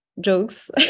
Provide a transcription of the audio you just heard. jokes